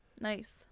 Nice